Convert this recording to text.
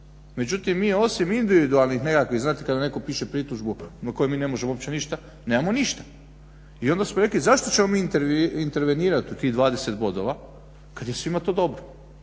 Međutim, mi osim individualnih nekakvih, znate kad vam netko piše pritužbu o kojoj mi ne možemo uopće ništa, nemamo ništa. I onda smo rekli zašto ćemo mi intervenirati u tih 20 bodova kad je svima to dobro.